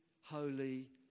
holy